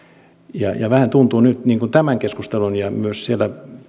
ja ja vähän tuntuu nyt tämän keskustelun ja myös siellä